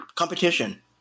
competition